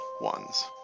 ones